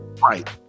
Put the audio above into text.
right